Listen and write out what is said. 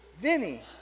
Vinny